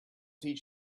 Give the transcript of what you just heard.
teach